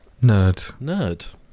Nerd